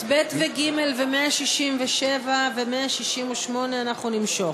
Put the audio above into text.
את (ב) ו-(ג) ו-167 ו-168 אנחנו נמשוך.